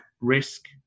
risk